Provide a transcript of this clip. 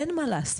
אין מה לעשות.